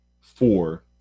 four